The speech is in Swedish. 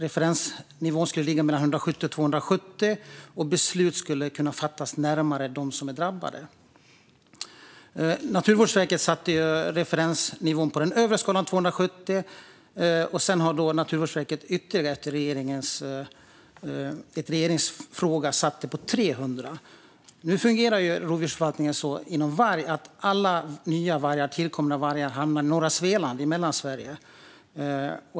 Referensnivån ska ligga mellan 170 och 270, och beslut ska fattas närmare dem som är drabbade. Naturvårdsverket har satt referensnivån på den övre skalan till 270, och sedan har Naturvårdsverket efter en regeringsfråga satt den till 300. Nu fungerar rovdjursförvaltningen för varg så att alla nytillkomna vargar hamnar i norra Svealand, i Mellansverige.